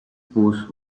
push